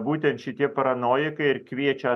būtent šitie paranojikai ir kviečia